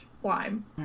slime